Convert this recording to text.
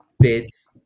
bids